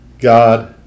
god